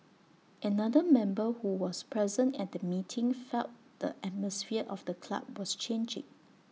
another member who was present at the meeting felt the atmosphere of the club was changing